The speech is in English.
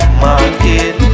market